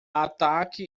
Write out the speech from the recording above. ataque